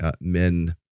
men